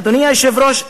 אדוני היושב-ראש,